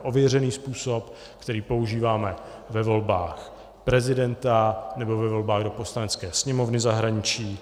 To je ověřený způsob, který používáme ve volbách prezidenta nebo ve volbách do Poslanecké sněmovny v zahraničí.